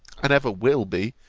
and ever will be,